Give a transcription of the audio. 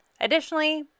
Additionally